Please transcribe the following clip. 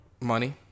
Money